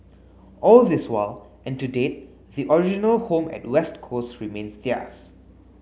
all this while and to date the original home at West Coast remains theirs